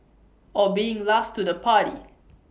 or being last to the party